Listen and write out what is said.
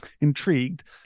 intrigued